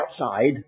outside